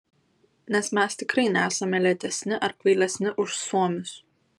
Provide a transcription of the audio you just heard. nes mes tikrai nesame lėtesni ar kvailesni už suomius